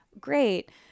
Great